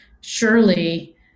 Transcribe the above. surely